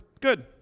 Good